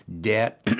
debt